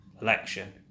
election